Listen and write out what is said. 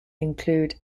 include